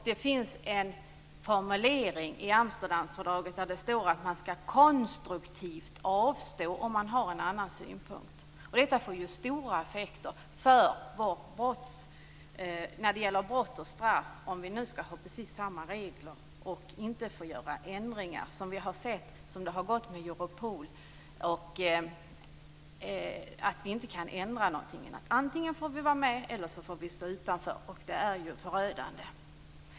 Det finns en formulering i Amsterdamfördraget om att man skall konstruktivt avstå om man har en avvikande synpunkt. Effekterna när det gäller brott och straff blir ju stora om vi nu skall ha samma regler men inte får göra ändringar, på samma sätt som i Europol, dvs. att vi inte kan ändra någonting, utan antingen får vi vara med eller stå utanför. Det här är ju förödande.